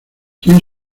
quién